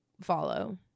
follow